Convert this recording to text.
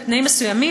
בתנאים מסוימים,